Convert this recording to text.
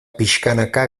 pixkanaka